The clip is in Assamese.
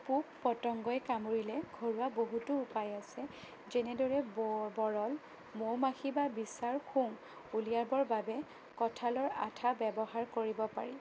পোক পতঙ্গই কামুৰিলে ঘৰুৱা বহুতো উপায় আছে যেনেদৰে ব বৰল মৌ মাখি বা বিছাৰ শুং উলিয়াবৰ বাবে কঁঠালৰ আঠা ব্যৱহাৰ কৰিব পাৰি